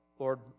Lord